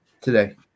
Today